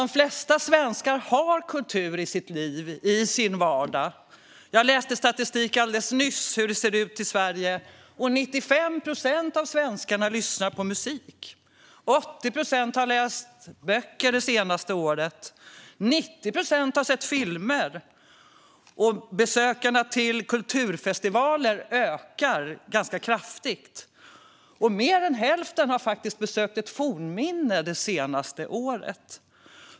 De flesta svenskar har kultur i sitt liv och i sin vardag. Jag läste alldeles nyss statistik över hur det ser ut i Sverige: 95 procent av svenskarna lyssnar på musik, 80 procent har läst böcker det senaste året, 90 procent har sett filmer, besökarna till kulturfestivaler ökar kraftigt och mer än hälften har besökt ett fornminne det senaste året.